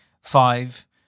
five